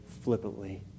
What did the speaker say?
flippantly